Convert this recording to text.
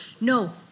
No